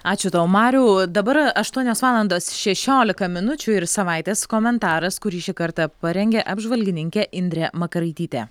ačiū tau mariau dabar aštuonios valandos šešiolika minučių ir savaitės komentaras kurį šį kartą parengė apžvalgininkė indrė makaraitytė